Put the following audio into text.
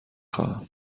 خواهم